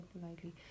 politely